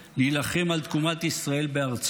להילחם על תקומת ישראל בארצו.